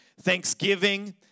Thanksgiving